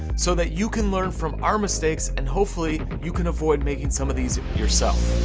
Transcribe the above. so that you can learn from our mistakes, and hopefully you can avoid making some of these yourself.